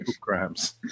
crimes